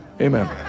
Amen